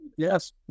yes